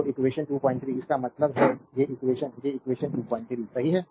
तो इक्वेशन 23 इसका मतलब है कि ये इक्वेशन ये इक्वेशन 23 सही हैं